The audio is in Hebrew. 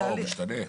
הוא משתנה.